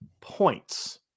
points